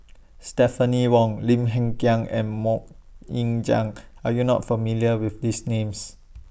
Stephanie Wong Lim Hng Kiang and Mok Ying Jang Are YOU not familiar with These Names